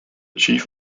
chief